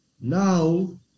Now